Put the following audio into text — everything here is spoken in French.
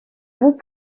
vous